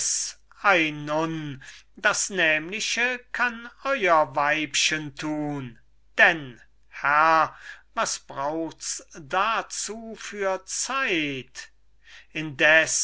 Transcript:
das nämliche kann euer weibchen tun denn herr was brauchts dazu für zeit indes